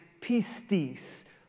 pistis